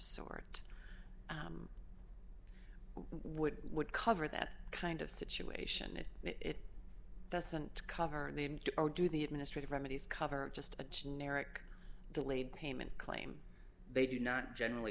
sort would would cover that kind of situation and it doesn't cover the in or do the administrative remedies cover and just a generic delayed payment claim they do not generally